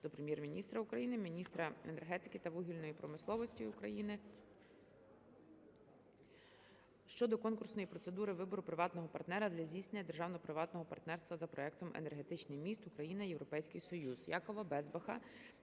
до Прем'єр-міністра України, міністра енергетики та вугільної промисловості України щодо конкурсної процедури вибору приватного партнера для здійснення державно-приватного партнерства за проектом "Енергетичний міст: Україна-Європейський Союз". Якова Безбаха